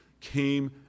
came